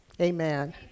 amen